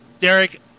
Derek